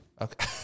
Okay